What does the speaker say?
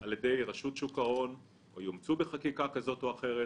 על ידי רשות שוק ההון או יאומצו בחקיקה כזאת או אחרת,